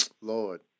Lord